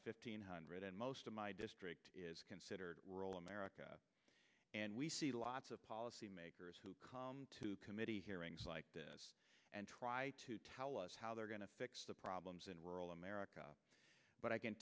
of fifteen hundred and most of my district is considered rural america and we see lots of policymakers who come to committee hearings like this and try to tell us how they're going to fix the problems in rural america but i can